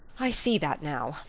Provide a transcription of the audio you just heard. i see that now,